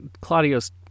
Claudio's